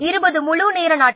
20 முழுநேர நாட்கள்